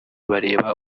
bareba